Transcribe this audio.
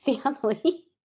family